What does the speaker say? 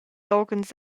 loghens